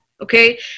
Okay